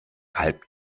halb